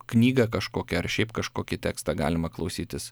knygą kažkokią ar šiaip kažkokį tekstą galima klausytis